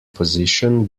position